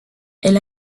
elle